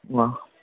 অঁ